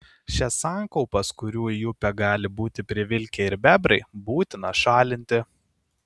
šias sankaupas kurių į upę gali būti privilkę ir bebrai būtina šalinti